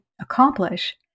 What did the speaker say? accomplish